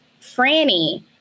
Franny